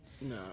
No